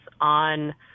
on